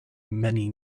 many